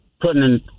putting